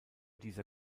dieser